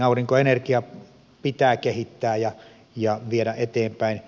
aurinkoenergiaa pitää kehittää ja viedä eteenpäin